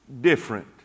different